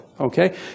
okay